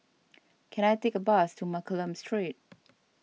can I take a bus to Mccallum Street